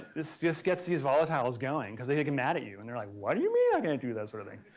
this just gets these volatiles going, because then they get mad at you and they're like why do you mean i can't do that sort of thing?